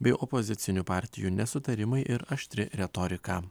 bei opozicinių partijų nesutarimai ir aštri retorika